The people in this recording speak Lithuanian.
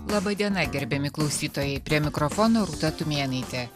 laba diena gerbiami klausytojai prie mikrofono rūta tumėnaitė